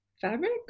fabric